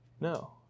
No